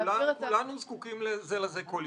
כולנו זקוקים זה לזה כל יום.